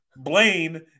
Blaine